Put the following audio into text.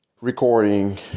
recording